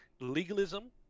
legalism